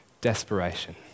Desperation